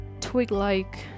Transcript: twig-like